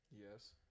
Yes